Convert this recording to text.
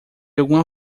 alguma